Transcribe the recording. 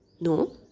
no